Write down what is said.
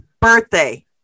birthday